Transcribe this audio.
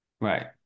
right